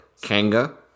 Kanga